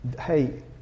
Hey